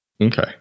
Okay